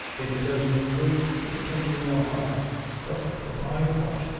if it does no good it can do no harm but for my part,